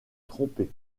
trompé